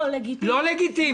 לא לגיטימי.